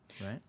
right